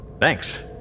Thanks